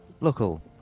local